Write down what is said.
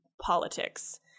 politics